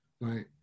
right